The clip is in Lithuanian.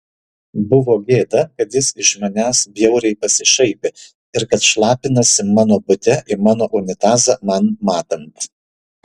buvo gėda kad jis iš manęs bjauriai pasišaipė ir kad šlapinasi mano bute į mano unitazą man matant